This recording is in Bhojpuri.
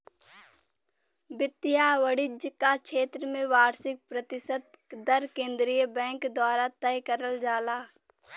वित्त या वाणिज्य क क्षेत्र में वार्षिक प्रतिशत दर केंद्रीय बैंक द्वारा तय करल जाला